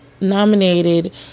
nominated